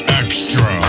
extra